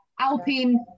Alpine